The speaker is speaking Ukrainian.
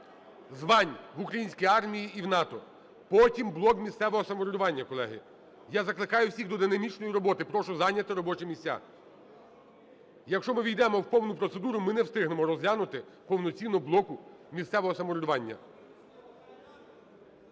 звань в українській армії і в НАТО, потім блок місцевого самоврядування, колеги. Я закликаю всіх до динамічної роботи, прошу зайняти робочі місця. Якщо ми ввійдемо у повну процедуру, ми не встигнемо розглянути повноцінно блок місцевого самоврядування.